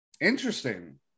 Interesting